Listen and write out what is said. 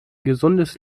gesundes